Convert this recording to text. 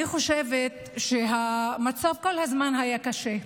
אני חושבת שהמצב כל הזמן היה קשה,